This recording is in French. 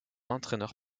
entraineur